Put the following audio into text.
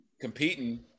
competing